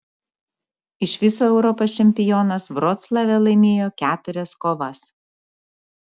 iš viso europos čempionas vroclave laimėjo keturias kovas